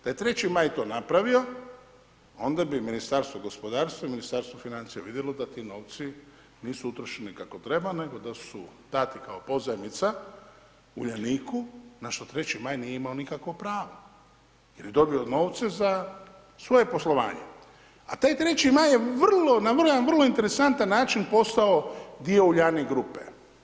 Da je 3. Maj to napravio, onda bi Ministarstvo gospodarstva i Ministarstvo financija vidjelo da ti novci nisu utrošeni kako treba, nego da su dati kao pozajmica Uljaniku, na što 3. Maj nije imao nikakvo pravo jer je dobio novce za svoje poslovanje, a taj 3. Maj je vrlo, jedan vrlo interesantan način postao dio Uljanik grupe.